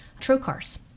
trocars